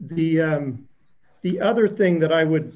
the the other thing that i would